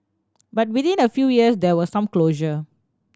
but within a few years there was some closure